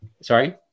Sorry